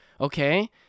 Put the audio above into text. okay